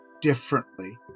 differently